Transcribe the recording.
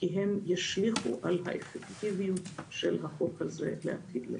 כי הם ישליכו על האפקטיביות של החוק הזה בעתיד.